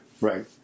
Right